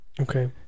Okay